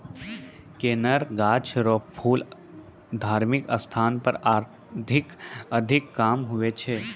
कनेर गाछ रो फूल धार्मिक स्थान पर अधिक काम हुवै छै